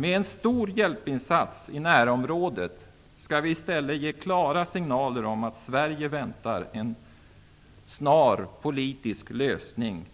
Med en stor hjälpinsats i närområdet skall vi i stället ge klara signaler om att Sverige väntar sig en snar politisk lösning.